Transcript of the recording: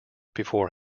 before